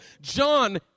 John